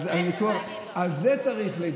מזה צריך לדאוג.